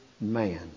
man